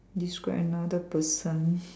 describe another person